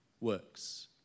works